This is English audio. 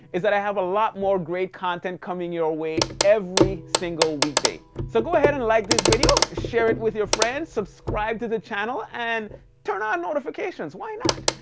is that i have a lot more great content coming your way every single weekday. so go ahead and like this video. share it with your friends, subscribe to the channel and turn on notifications. why not?